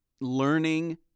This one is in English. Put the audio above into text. learning